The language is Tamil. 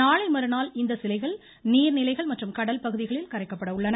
நாளைமறுநாள் இந்த சிலைகள் நீர் நிலைகள் மற்றும் கடல் பகுதிகளில் கரைக்கப்பட உள்ளன